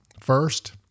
First